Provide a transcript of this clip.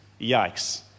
Yikes